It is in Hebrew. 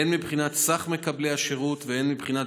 הן מבחינת סך מקבלי השירות והן מבחינת